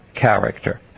character